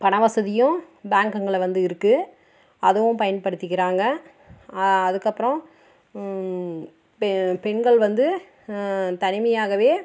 பண வசதியும் பேங்க்குங்கள்ல வந்து இருக்கு அதுவும் பயன்படுத்திக்கிறாங்க அதுக்கப்பறம் பெ பெண்கள் வந்து தனிமையாகவே